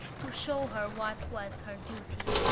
to show her what was her duty.